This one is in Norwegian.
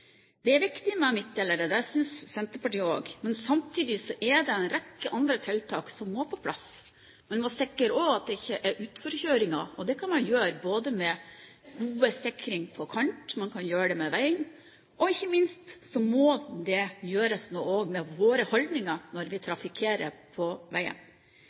Det er viktig med midtdelere, det synes Senterpartiet også. Men samtidig er det en rekke andre tiltak som må på plass. Vi må også sikre at det ikke er utforkjøringer, og det kan man gjøre med gode sikringer på kanten, man kan gjøre noe med veien, og ikke minst må det også gjøres noe med våre holdninger når vi trafikkerer på veiene.